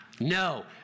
No